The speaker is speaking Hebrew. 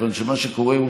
מה שקורה,